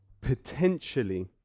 potentially